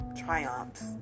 triumphs